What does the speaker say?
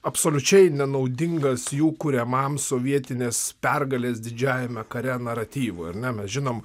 absoliučiai nenaudingas jų kuriamam sovietinės pergalės didžiajame kare naratyvu ir na mes žinom